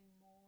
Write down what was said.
more